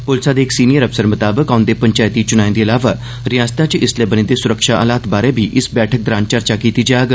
पुलस दे इक सीनियर अफसर मताबक औंदे पंचैती चुनाएं दे अलावा रियासत च इसलै बने दे सुरक्षा हालात बारै बी इस बैठक दौरान चर्चा कीती जाग